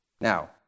Now